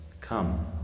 Come